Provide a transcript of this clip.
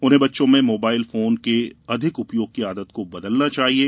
उन्हें बच्चों में मोबाइल फोन के अधिक उपयोग की आदत को बदलना चाहिये